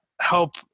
help